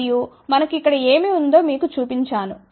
మరియుమనకు ఇక్కడ ఏమి ఉందో మీకు చూపించాను